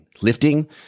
lifting